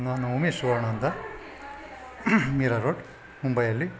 ನಾನು ಉಮೇಶ್ ಸುವರ್ಣ ಅಂತ ಮೀರಾ ರೋಡ್ ಮುಂಬೈಯಲ್ಲಿ